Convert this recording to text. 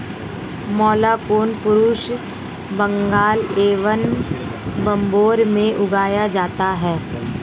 मैलाकोना पूर्वी बंगाल एवं बर्मा में उगाया जाता है